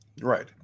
Right